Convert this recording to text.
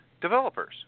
developers